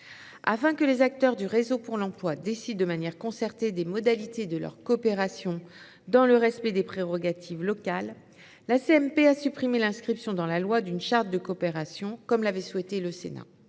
Afin que les acteurs du réseau pour l’emploi décident de manière concertée des modalités de leur coopération, dans le respect des prérogatives locales, la commission mixte paritaire a supprimé l’inscription dans la loi d’une « charte de coopération », comme l’avait souhaité le Sénat.